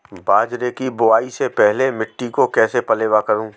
बाजरे की बुआई से पहले मिट्टी को कैसे पलेवा करूं?